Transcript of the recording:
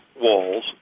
walls